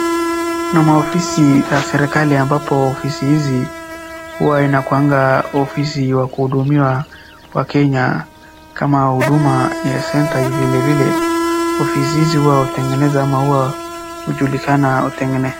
Kuna maofisi za serikali ambapo ofisi hizi huwa inakuanga ofisi wa kuhudumiwa wakenya kama huduma ya centre . Vilevile ofisi hizi huwa hutengeneza ama huwa hujulikana hutengeneza.